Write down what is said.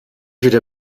wieder